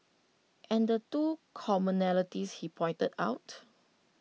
and the two commonalities he pointed out